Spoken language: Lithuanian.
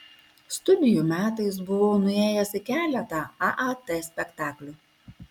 studijų metais buvau nuėjęs į keletą aat spektaklių